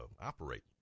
operate